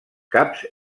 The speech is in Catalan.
caps